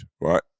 right